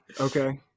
okay